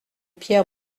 pierre